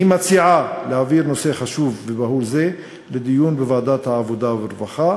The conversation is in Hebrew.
אני מציעה להעביר נושא חשוב ובהול זה לדיון בוועדת העבודה והרווחה